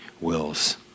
wills